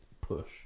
push